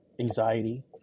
anxiety